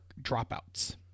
dropouts